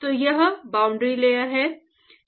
तो यह boundary layer है